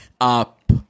up